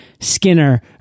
Skinner